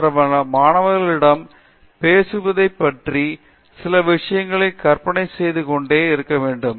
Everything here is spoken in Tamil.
எனவே இப்போது இது என்ன என்றால் நான் மாணவர்களிடம் பேசுவதைப் பற்றி சில விஷயங்களைக் கற்பனை செய்து கொண்டேன்